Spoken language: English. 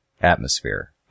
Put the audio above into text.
atmosphere